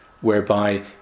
whereby